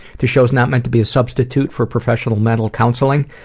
this show is not meant to be a substitute for professional mental counseling.